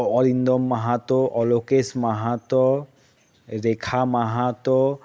Arindam Mahato Alokesh Mahato Rekha Mahato